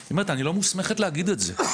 היא אומרת: אני לא מוסמכת להגיד את זה.